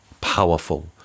powerful